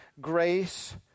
grace